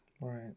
Right